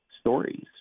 stories